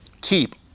keep